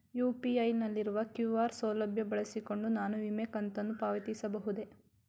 UPI ನಲ್ಲಿರುವ QR ಸೌಲಭ್ಯ ಬಳಸಿಕೊಂಡು ನಾನು ವಿಮೆ ಕಂತನ್ನು ಪಾವತಿಸಬಹುದೇ?